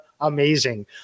amazing